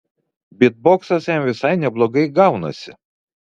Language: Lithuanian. bytboksas jam visai neblogai gaunasi